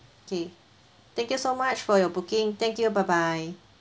okay thank you so much for your booking thank you bye bye